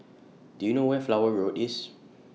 Do YOU know Where Flower Road IS